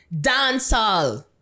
dancehall